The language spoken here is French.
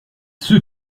ceux